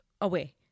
away